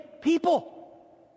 People